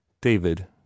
David